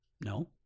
No